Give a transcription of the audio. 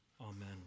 Amen